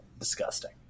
Disgusting